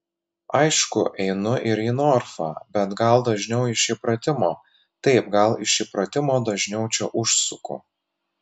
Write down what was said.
aišku einu ir į norfą bet gal dažniau iš įpratimo taip gal iš įpratimo dažniau čia užsuku